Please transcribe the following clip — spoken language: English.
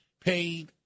paid